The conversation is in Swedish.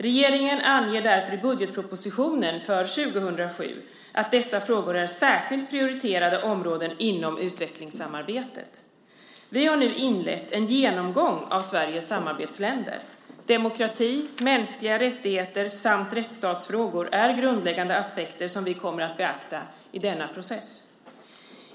Regeringen anger därför i budgetpropositionen för 2007 att dessa frågor är särskilt prioriterade områden inom utvecklingssamarbetet. Vi har nu inlett en genomgång av Sveriges samarbetsländer. Demokrati, mänskliga rättigheter samt rättsstatsfrågor är grundläggande aspekter som vi kommer att beakta i denna process.